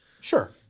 Sure